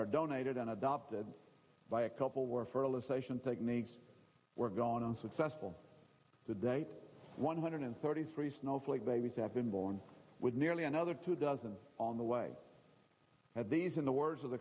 are donated and adopted by a couple where fertilization techniques were gone and successful to date one hundred thirty three snowflake babies have been born with nearly another two dozen on the way had these in the words of the